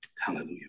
Hallelujah